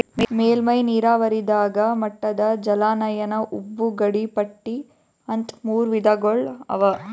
ಮೇಲ್ಮೈ ನೀರಾವರಿದಾಗ ಮಟ್ಟದ ಜಲಾನಯನ ಉಬ್ಬು ಗಡಿಪಟ್ಟಿ ಅಂತ್ ಮೂರ್ ವಿಧಗೊಳ್ ಅವಾ